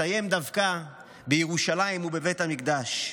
מסיים דווקא בירושלים ובבית המקדש.